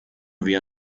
wir